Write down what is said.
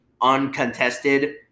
uncontested